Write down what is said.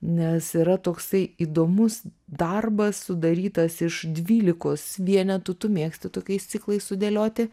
nes yra toksai įdomus darbas sudarytas iš dvylikos vienetų tu mėgsti tokiais ciklais sudėlioti